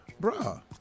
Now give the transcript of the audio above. bruh